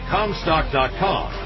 Comstock.com